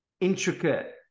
intricate